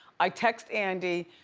i text andy,